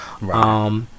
Right